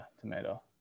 tomato